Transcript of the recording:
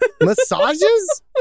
massages